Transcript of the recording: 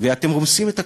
ואתם רומסים את הכנסת,